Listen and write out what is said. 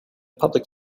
public